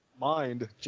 Mind